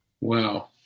Wow